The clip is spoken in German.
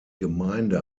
gemeinde